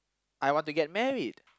I want to get married